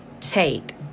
take